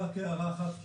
רק הערה אחת,